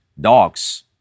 dogs